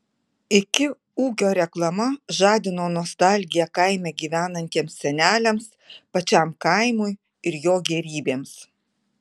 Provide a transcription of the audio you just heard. iki ūkio reklama žadino nostalgiją kaime gyvenantiems seneliams pačiam kaimui ir jo gėrybėms